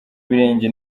birenge